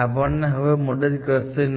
આપણને હવે મદદ કરશે નહી